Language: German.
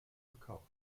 verkauft